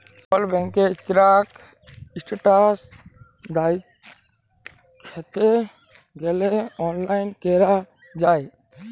call ব্যাংকের check status দ্যাইখতে গ্যালে অললাইল ক্যরা যায়